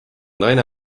naine